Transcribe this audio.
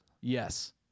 Yes